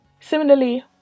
Similarly